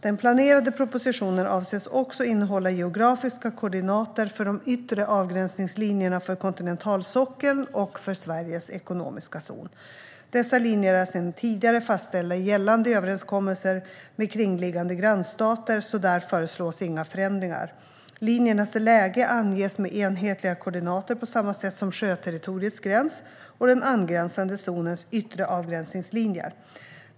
Den planerade propositionen avses också innehålla geografiska koordinater för de yttre avgränsningslinjerna för kontinentalsockeln och för Sveriges ekonomiska zon. Dessa linjer är sedan tidigare fastställda i gällande överenskommelser med kringliggande grannstater, så där föreslås inga förändringar. Linjernas läge anges med enhetliga koordinater på samma sätt som sjöterritoriets gräns och den angränsande zonens yttre avgränsningslinjer.